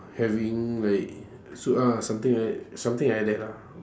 having like so ah something like that something like that lah